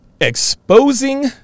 Exposing